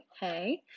Hey